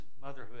motherhood